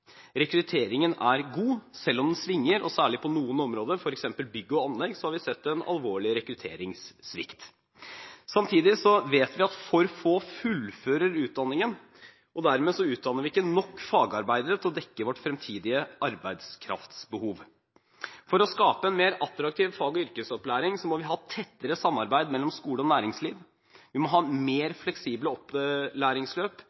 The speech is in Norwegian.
Rekrutteringen er god, selv om den svinger, og særlig på noen områder, f.eks. bygg og anlegg, har vi sett en alvorlig rekrutteringssvikt. Samtidig vet vi at for få fullfører utdanningen, og dermed utdanner vi ikke nok fagarbeidere til å dekke vårt fremtidige arbeidskraftsbehov. For å skape en mer attraktiv fag- og yrkesopplæring må vi ha tettere samarbeid mellom skole og næringsliv, vi må ha mer fleksible opplæringsløp,